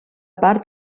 part